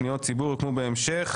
פניות ציבור בהמשך,